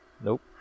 Nope